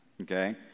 okay